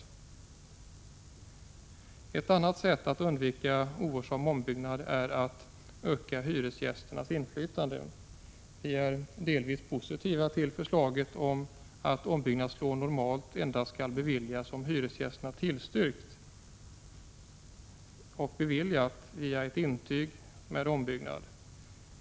Bostadspolitiska frå Ett annat sätt att undvika ovarsam ombyggnad är att öka hyresgästernas 897. m. inflytande. Vi är delvis positiva till förslaget att ombyggnadslån normalt endast skall beviljas om hyresgästerna tillstyrkt ombyggnaden.